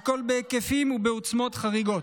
והכול בהיקפים ובעוצמות חריגות.